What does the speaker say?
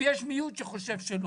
ויש מיעוט שחושב שלא.